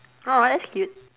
!aww! that's cute